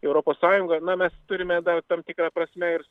europos sąjungoje na mes turime dar tam tikra prasme ir